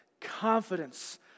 confidence